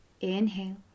Inhale